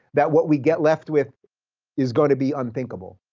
that what we get left with is going to be unthinkable.